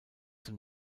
zum